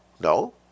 no